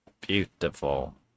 Beautiful